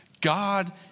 God